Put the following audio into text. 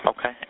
Okay